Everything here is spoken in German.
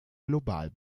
global